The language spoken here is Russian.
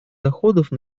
доходов